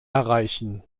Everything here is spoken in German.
erreichen